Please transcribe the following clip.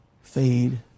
fade